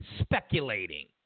speculating